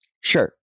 Sure